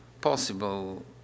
possible